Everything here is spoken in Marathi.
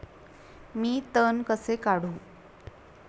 मी तण कसे काढू?